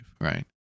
right